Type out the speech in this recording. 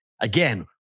Again